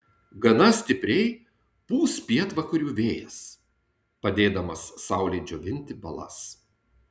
gana stipriai pūs pietvakarių vėjas padėdamas saulei džiovinti balas